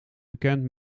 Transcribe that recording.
bekend